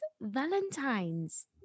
Valentine's